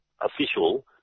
official